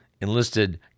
enlisted